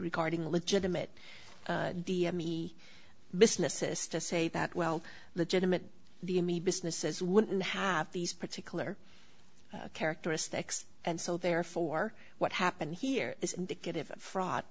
regarding legitimate d m me businesses to say that well legitimate the me businesses wouldn't have these particular characteristics and so therefore what happened here is indicative of fraud